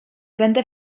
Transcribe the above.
będę